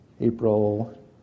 April